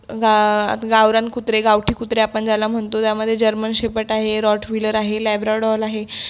गा गावरान कुत्रे गावठी कुत्रे आपण ज्याला म्हणतो त्यामध्ये जर्मन शेपर्ट आहे रॉटविलर आहे लॅब्राडोर आहे